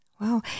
Wow